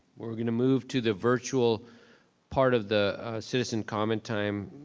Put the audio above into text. we're gonna move to the virtual part of the citizen comment time.